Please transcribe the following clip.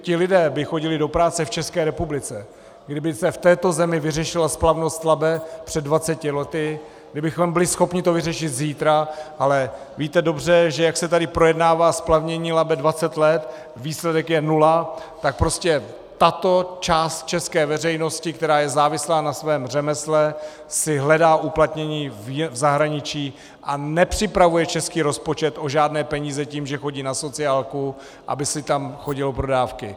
Ti lidé by chodili do práce v ČR, kdyby se v této zemi vyřešila splavnost Labe před 20 lety, kdybychom byli schopni to vyřešit zítra, ale víte dobře, že jak se tady projednává splavnění Labe 20 let, výsledek je nula, tak prostě tato část české veřejnosti, která je závislá na svém řemesle, si hledá uplatnění v zahraničí a nepřipravuje český rozpočet o žádné peníze tím, že chodí na sociálku, aby si tam chodila pro dávku.